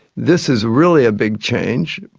this is really a big change,